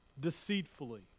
deceitfully